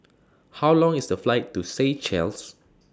How Long IS The Flight to Seychelles